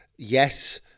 Yes